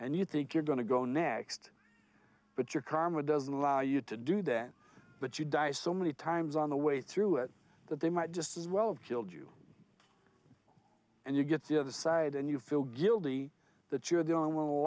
and you think you're going to go next but your karma doesn't allow you to do that but you die so many times on the way through it that they might just as well killed you and you get the other side and you feel guilty that you're done wit